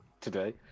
today